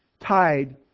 tied